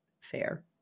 fair